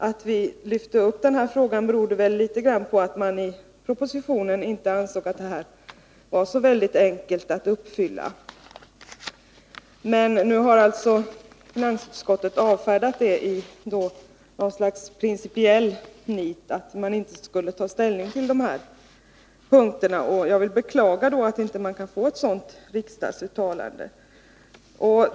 Att vi lyfte upp frågan berodde litet grand på att man i propositionen inte ansåg att det här var så väldigt enkelt att uppfylla. Men nu har alltså finansutskottet avfärdat saken i något slags principiellt nit, att man inte skulle ta ställning till de här punkterna. Jag vill då beklaga att det inte går att få ett riksdagsuttalande härvidlag.